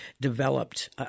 developed –